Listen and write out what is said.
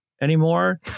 anymore